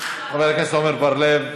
חבר הכנסת עמר בר-לב,